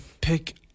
pick